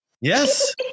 Yes